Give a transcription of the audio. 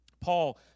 Paul